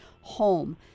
home